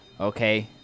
Okay